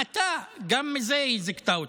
המתה, גם מזה היא זיכתה אותו.